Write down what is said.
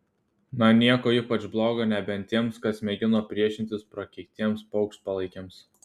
na nieko ypač blogo nebent tiems kas mėgino priešintis prakeiktiems paukštpalaikiams